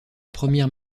première